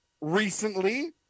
recently